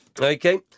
Okay